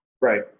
Right